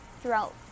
throughout